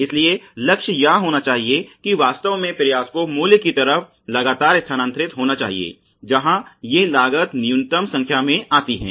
इसलिए लक्ष्य यह होना चाहिए कि वास्तव में प्रयास को मूल्य की तरफ लगातार स्थानांतरित होना चाहिए जहां ये लागत न्यूनतम संख्या में आती हैं